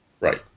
Right